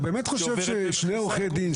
אתה באמת חושב ששני עורכי דין,